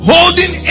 Holding